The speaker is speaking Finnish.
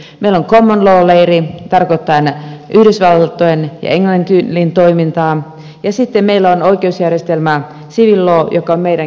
meillä on common law leiri tarkoittaen yhdysvaltojen ja englannin tyylin toimintaa ja sitten meillä on oikeusjärjestelmä civil law joka on meidän käytössämme